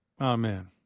Amen